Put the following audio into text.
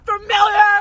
familiar